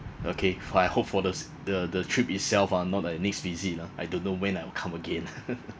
okay I hope for the the the trip itself ah not like next visit ah I don't know when I will come again